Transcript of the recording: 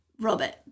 Robert